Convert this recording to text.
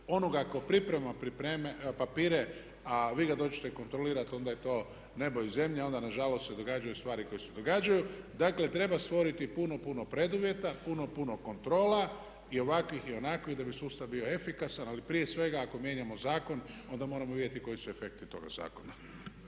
onoga tko priprema papire a vi ga dođete kontrolirati onda je to nebo i zemlja, onda se nažalost događaju stvari koje se događaju. Dakle, treba stvoriti puno, puno preduvjeta, puno, puno kontrola i ovakvih i onakvih da bi sustav bio efikasna ali prije svega ako mijenjamo zakon onda moramo vidjeti koji su efekti toga zakona.